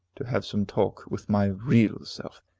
to have some talk with my real self.